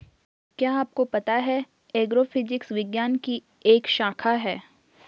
क्या आपको पता है एग्रोफिजिक्स विज्ञान की एक शाखा है?